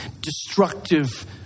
destructive